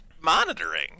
monitoring